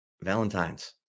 valentine's